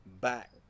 back